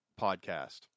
podcast